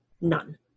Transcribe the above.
none